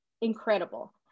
incredible